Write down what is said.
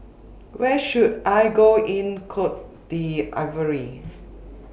Where should I Go in Cote D'Ivoire